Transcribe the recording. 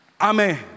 amen